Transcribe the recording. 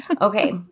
Okay